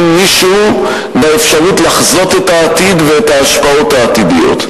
מישהו באפשרות לחזות את העתיד ואת ההשפעות העתידיות.